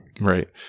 Right